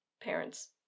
parents